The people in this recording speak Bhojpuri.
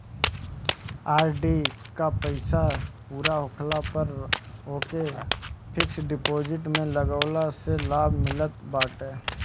आर.डी कअ पईसा पूरा होखला पअ ओके फिक्स डिपोजिट में लगवला से लाभ मिलत बाटे